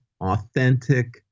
authentic